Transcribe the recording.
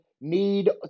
need